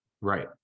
right